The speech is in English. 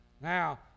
Now